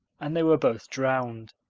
and they were both drowned,